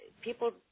people